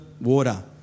water